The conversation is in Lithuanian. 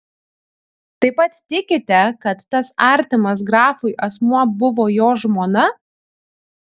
taip pat tikite kad tas artimas grafui asmuo buvo jo žmona